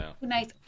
nice